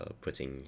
putting